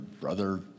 brother